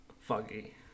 foggy